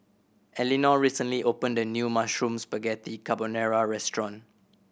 Elinor recently opened a new Mushroom Spaghetti Carbonara Restaurant